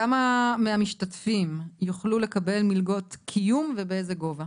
כמה מהמשתתפים יוכלו לקבל מלגות קיום ובאיזה גובה?